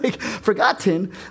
Forgotten